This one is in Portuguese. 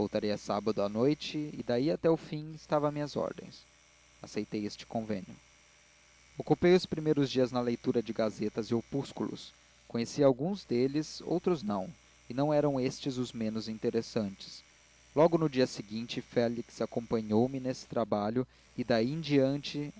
voltaria sábado à noite e daí até o fim estava às minhas ordens aceitei este convênio ocupei os primeiros dias na leitura de gazetas e opúsculos conhecia alguns deles outros não e não eram estes os menos interessantes logo no dia seguinte félix acompanhou-me nesse trabalho e daí em diante